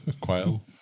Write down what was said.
quail